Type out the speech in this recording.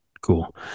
Cool